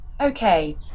Okay